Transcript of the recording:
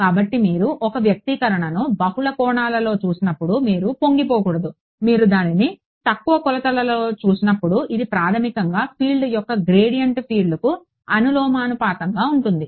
కాబట్టి మీరు ఒక వ్యక్తీకరణను బహుళ కోణాలలో చూసినప్పుడు మీరు పొంగిపోకూడదు మీరు దానిని తక్కువ కొలతలలో చూసినప్పుడు ఇది ప్రాథమికంగా ఫీల్డ్ యొక్క గ్రేడియంట్ ఫీల్డ్కు అనులోమానుపాతంలో ఉంటుంది